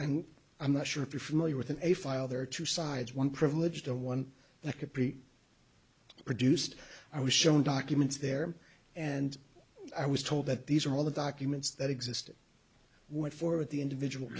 and i'm not sure if you're familiar with in a file there are two sides one privileged and one that could be produced i was shown documents there and i was told that these are all the documents that existed what for the individual